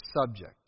subject